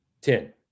Ten